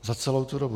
Za celou tu dobu.